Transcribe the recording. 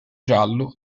giallo